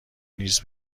نیز